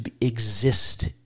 exist